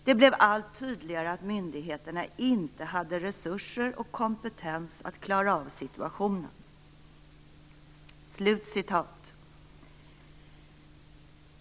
Det blev allt tydligare att myndigheterna inte hade resurser och kompetens att klara av situationen."